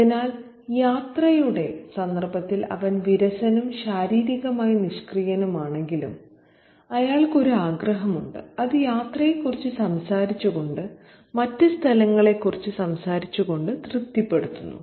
അതിനാൽ യാത്രയുടെ സന്ദർഭത്തിൽ അവൻ വിരസനും ശാരീരികമായി നിഷ്ക്രിയനുമാണെങ്കിലും അയാൾക്ക് ഒരു ആഗ്രഹമുണ്ട് അത് യാത്രയെക്കുറിച്ച് സംസാരിച്ചുകൊണ്ട് മറ്റ് സ്ഥലങ്ങളെ കുറിച്ച് സംസാരിച്ചുകൊണ്ട് തൃപ്തിപ്പെടുത്തുന്നു